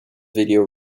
video